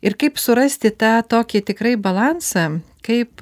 ir kaip surasti tą tokį tikrai balansą kaip